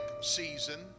season